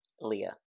Leah